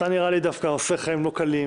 נראה לי שאתה דווקא עושה חיים לא קלים,